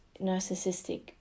narcissistic